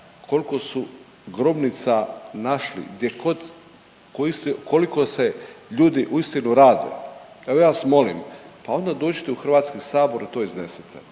Koliko su grobnica našli, gdje, koliko se ljudi uistinu rade. Evo, ja vas molim, pa onda dođite u HS i to iznesite.